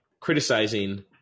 criticizing